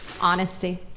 Honesty